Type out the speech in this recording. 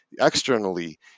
externally